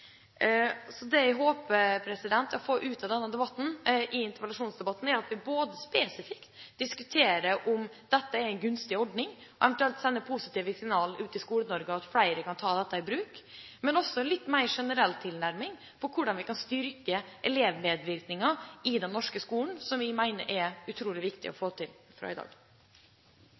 at vi spesifikt diskuterer om dette er en gunstig ordning, eventuelt sender positive signaler ut til Skole-Norge om at flere kan ta dette i bruk. Men det er også en generell tilnærming til hvordan vi kan styrke elevmedvirkningen i norsk skole, som vi mener er utrolig viktig å få til fra i dag.